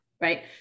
right